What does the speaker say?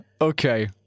Okay